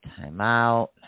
timeout